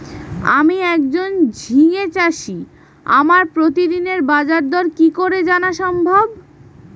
আমি একজন ঝিঙে চাষী আমি প্রতিদিনের বাজারদর কি করে জানা সম্ভব?